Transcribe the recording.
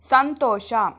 ಸಂತೋಷ